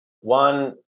one